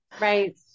Right